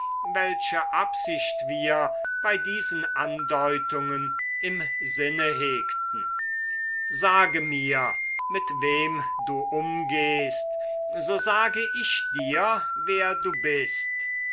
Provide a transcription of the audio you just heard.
welche absicht wir bei diesen andeutungen im sinne hegten sage mir mit wem du umgehst so sage ich dir wer du bist